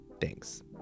Thanks